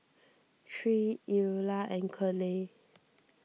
Tre Eula and Curley